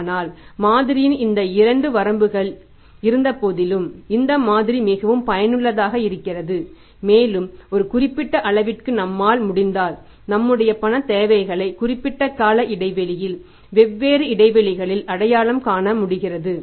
ஆனால் மாதிரியின் இந்த 2 வரம்புகள் இருந்தபோதிலும் இந்த மாதிரி மிகவும் பயனுள்ளதாக இருக்கிறது மேலும் ஒரு குறிப்பிட்ட அளவிற்கு நம்மால் முடிந்தால் நம்முடைய பணத் தேவைகளை குறிப்பிட்ட கால இடைவெளியில் வெவ்வேறு இடைவெளிகளில் அடையாளம் காண முடிகிறது